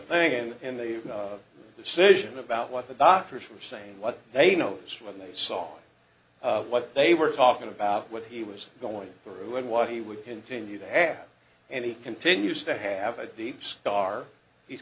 thing in the decision about what the doctors were sane what they know when they saw what they were talking about what he was going through and what he would continue to have and he continues to have a deep scar he